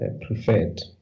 preferred